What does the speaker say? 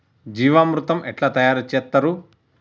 జీవామృతం ఎట్లా తయారు చేత్తరు?